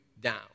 down